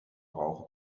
rauch